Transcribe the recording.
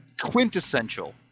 quintessential